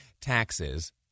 taxes